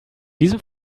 diesem